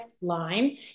line